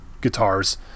guitars